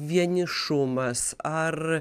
vienišumas ar